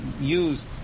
use